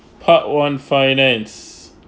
part one finance